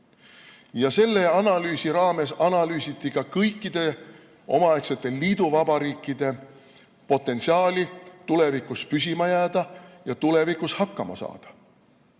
Selle analüüsi raames analüüsiti ka kõikide omaaegsete liiduvabariikide potentsiaali tulevikus püsima jääda ja tulevikus hakkama saada.